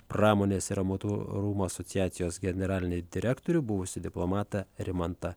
pramonės ir amatų rūmų asociacijos generalinį direktorių buvusį diplomatą rimantą